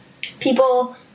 people